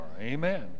Amen